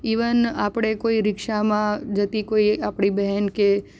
even આપણે કોઈ રીક્ષામાં જતી કોઈ આપણી બહેન કે